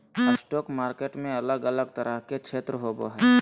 stock market में अलग अलग तरह के क्षेत्र होबो हइ